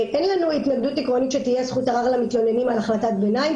אין לנו התנגדות עקרונית שתהיה זכות ערר למתלוננים על החלטת ביניים.